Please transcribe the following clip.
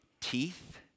Teeth